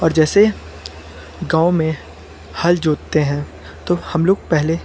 और जैसे गाँव में हल जोतते हैं तो हम लोग पहले